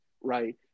right